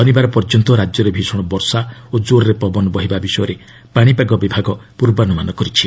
ଶନିବାର ପର୍ଯ୍ୟନ୍ତ ରାଜ୍ୟରେ ଭିଷଣ ବର୍ଷା ଓ କୋର୍ରେ ପବନ ବହିବା ବିଷୟରେ ପାଣିପାଗ ବିଭାଗ ପୂର୍ବାନୁମାନ କରିଛି